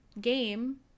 game